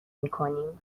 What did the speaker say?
میکنیم